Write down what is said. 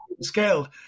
Scaled